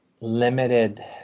limited